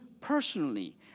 personally